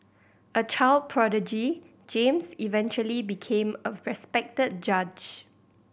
a child prodigy James eventually became a respected judge